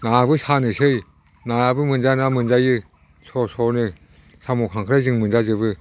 नाबो सानोसै नायाबो मोनजाया नङा मोनजायो स्र' स्र'नो साम' खांख्राय जों मोनजाजोबो